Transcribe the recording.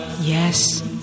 Yes